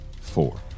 four